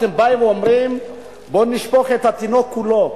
אתם באים ואומרים: בואו נשפוך את התינוק כולו,